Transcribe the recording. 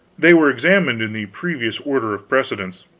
they were examined in the previous order of precedence.